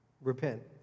repent